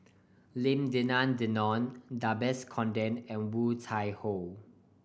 Lim Denan Denon Conde and Woon Tai Ho